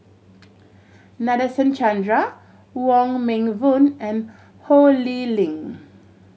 Nadasen Chandra Wong Meng Voon and Ho Lee Ling